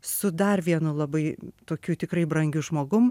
su dar vienu labai tokiu tikrai brangiu žmogumi